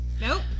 Nope